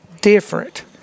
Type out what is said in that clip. different